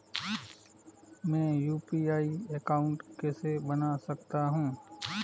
मैं UPI account कैसे बना सकता हूं?